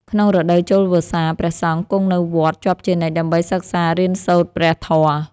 ក្នុងរដូវចូលវស្សា ព្រះសង្ឃគង់នៅវត្តជាប់ជានិច្ចដើម្បីសិក្សារៀនសូត្រព្រះធម៌។